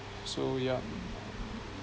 so yeah